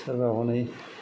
सोरबा हनै